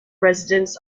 residents